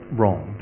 wrong